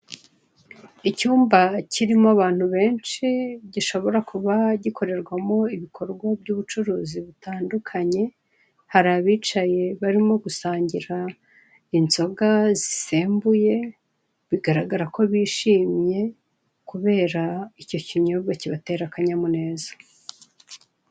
Icyumba kirimo abantu benshi gishobora kuba gikorerwamo ibikorwa by'ubucuruzi butandukanye, hari abicaye barimo gusangira inzoga zisembuye, bigaragara ko bishimye kubera icyo kinyobwa kibatera akanyamuneza.